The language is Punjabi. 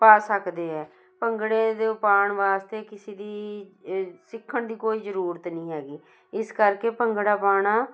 ਪਾ ਸਕਦੇ ਹੈ ਭੰਗੜੇ ਦੇ ਪਾਉਣ ਵਾਸਤੇ ਕਿਸੇ ਦੀ ਸਿੱਖਣ ਦੀ ਕੋਈ ਜ਼ਰੂਰਤ ਨਹੀਂ ਹੈਗੀ ਇਸ ਕਰਕੇ ਭੰਗੜਾ ਪਾਉਣਾ